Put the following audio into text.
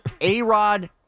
A-Rod